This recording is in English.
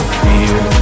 fear